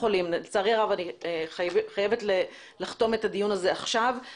לצערי הרב אני חייבת לחתום את הדיון הזה עכשיו.